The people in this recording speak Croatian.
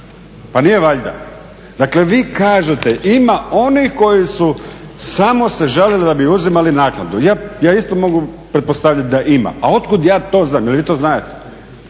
Pa nije valjda. Dakle, vi kažete ima onih koji su samo se žalili da bi uzimali naknadu. Ja isto mogu pretpostaviti da ima. A otkud ja to znam. Je li vi to znadete?